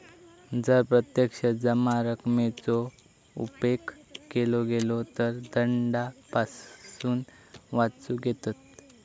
जर प्रत्यक्ष जमा रकमेचो उपेग केलो गेलो तर दंडापासून वाचुक येयत